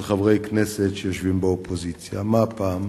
של חברי כנסת שיושבים באופוזיציה, מה הפעם?